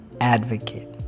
advocate